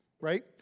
right